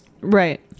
Right